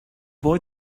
boy